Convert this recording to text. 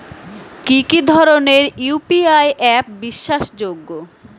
কি কি ধরনের ইউ.পি.আই অ্যাপ বিশ্বাসযোগ্য?